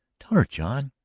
tell her, john,